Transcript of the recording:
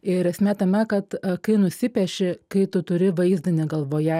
ir esmė tame kad kai nusipieši kai tu turi vaizdinį galvoje